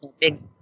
Big